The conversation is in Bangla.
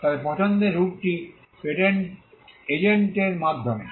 তবে পছন্দের রুটটি পেটেন্ট এজেন্টের মাধ্যমে